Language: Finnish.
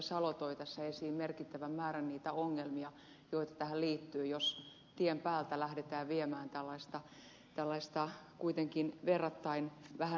salo toi tässä esiin merkittävän määrän niitä ongelmia joita tähän liittyy jos tien päältä lähdetään viemään tällaista kuitenkin verrattain vähän nauttinutta